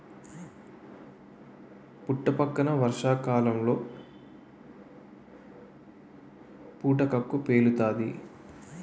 పుట్టపక్కన వర్షాకాలంలో పుటకక్కు పేలుతాది